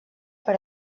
per